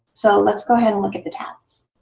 so let's go ahead and look at the tabs.